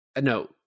No